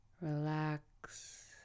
Relax